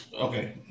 okay